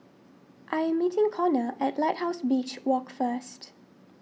I am meeting Konner at Lighthouse Beach Walk first